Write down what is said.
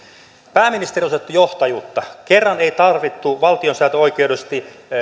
pääministeri osoitti johtajuutta koska ei tarvittu valtiosääntöoikeudellisesti